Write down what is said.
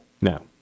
No